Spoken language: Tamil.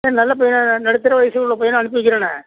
இல்லை நல்ல பையனாக நடுத்தர வயது உள்ள பையனாக அனுப்பி வைக்கிறேனே